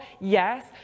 Yes